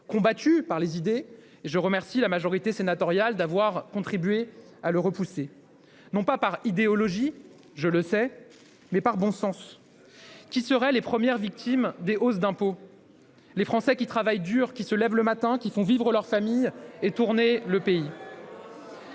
combattu, et je remercie la majorité sénatoriale d'avoir contribué à le repousser, non pas par idéologie, je le sais, mais par bon sens. Qui seraient les premières victimes des hausses d'impôts ? Les Français qui travaillent dur, qui se lèvent le matin, qui font vivre leur famille et tourner le pays.